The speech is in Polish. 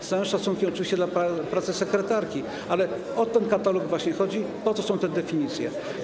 Z całym szacunkiem oczywiście dla pracy sekretarki, ale o ten katalog właśnie chodzi, po to są te definicje.